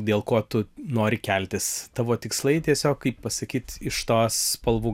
dėl ko tu nori keltis tavo tikslai tiesiog kaip pasakyt iš tos spalvų